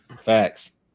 Facts